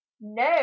No